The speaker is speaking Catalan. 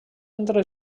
entre